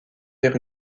vers